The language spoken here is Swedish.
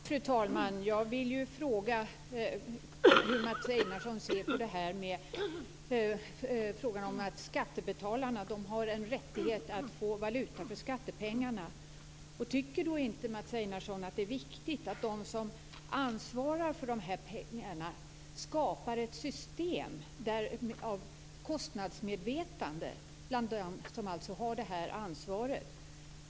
Fru talman! Jag vill fråga hur Mats Einarsson ser på frågan om att skattebetalarna har rätt att få valuta för skattepengarna. Tycker inte Mats Einarsson att det är viktigt att de som ansvarar för de här pengarna skapar ett system av kostnadsmedvetande bland dem som har detta ansvar?